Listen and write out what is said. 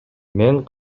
мен